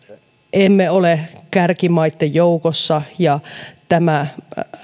emme ole kärkimaitten joukossa ja tämä